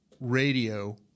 radio